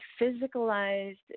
physicalized